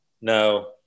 No